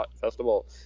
festival